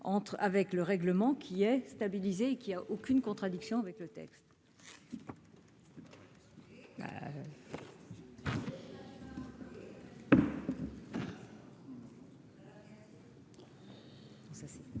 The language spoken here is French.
avec le règlement qui est stabilisé qu'a aucune contradiction avec le texte.